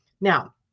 Now